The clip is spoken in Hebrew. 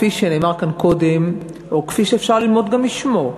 כפי שנאמר כאן קודם או כפי שאפשר ללמוד גם משמו,